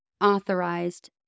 authorized